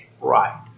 right